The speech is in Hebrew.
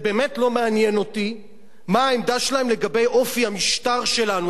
זה באמת לא מעניין אותי מה העמדה שלהם לגבי אופי המשטר שלנו.